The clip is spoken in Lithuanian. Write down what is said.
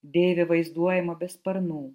deivė vaizduojama be sparnų